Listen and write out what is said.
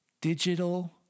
digital